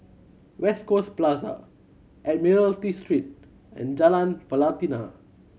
West Coast Plaza Admiralty Street and Jalan Pelatina